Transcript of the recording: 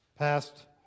passed